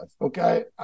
Okay